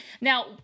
Now